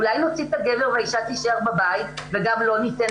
אולי נוציא את הגבר והאשה תישאר בבית וגם לו ניתן